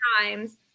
times